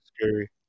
scary